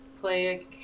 play